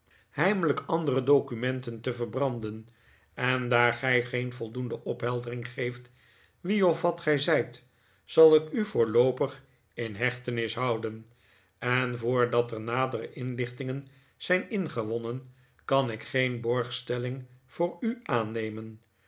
heimelijk andere documenten te verbranden en daar gij geen voldoende opheldering geeft wie of wat gij zijt zal ik u voorloopig in hechtenis houden en voordat er nadere inlichtingen zijn ingewonnen kan ik geen borgstelling voor u aannemen